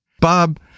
Bob